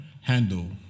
handle